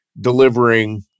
delivering